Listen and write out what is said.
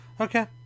Okay